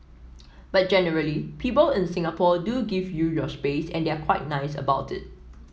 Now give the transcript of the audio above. but generally people in Singapore do give you your space and they're quite nice about it